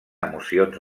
emocions